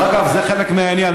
דרך אגב, זה חלק מהעניין.